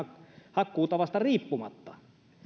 hakkuutavasta riippumatta